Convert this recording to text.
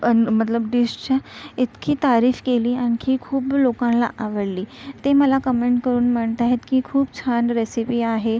अन मतलब डिशच्या इतकी तारीफ केली आणखी खूप लोकांना आवडली ते मला कमेंट करून म्हणत आहेत की खूप छान रेसिपी आहे